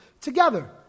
together